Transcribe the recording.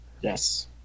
Yes